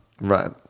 Right